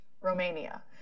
Romania